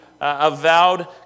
avowed